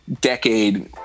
decade